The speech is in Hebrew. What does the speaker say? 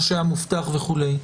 הנושה המובטח וכולי?